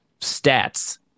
stats